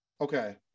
Okay